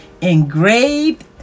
engraved